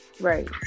right